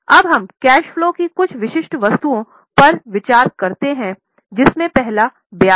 अब हम cash flow की कुछ विशिष्ट वस्तुओं पर विचार करते हैं जिसमें पहला ब्याज है